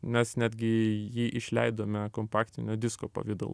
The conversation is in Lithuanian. mes netgi jį išleidome kompaktinio disko pavidalu